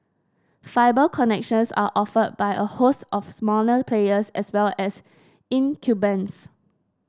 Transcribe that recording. fibre connections are offered by a host of smaller players as well as incumbents